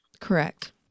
correct